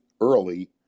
early